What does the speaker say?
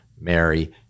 mary